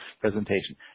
presentation